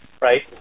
right